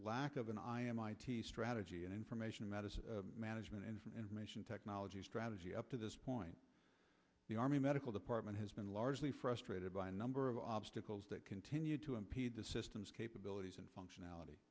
lack of an i m i t strategy and information medicine management and information technology strategy up to this point the army medical department has been largely frustrated by a number of obstacles that continue to impede the system's capabilities and functionality